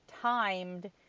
timed